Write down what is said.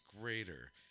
greater